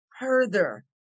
further